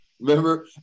Remember